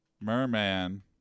Merman